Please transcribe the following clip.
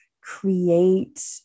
create